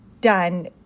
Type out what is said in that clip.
done